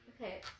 okay